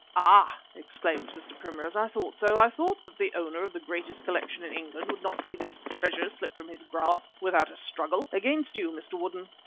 ah! exclaimed mr. primrose, i thought so. i thought that the owner of the greatest collection in england would not see this treasure slip from his grasp without a struggle. against you, mr. woodden.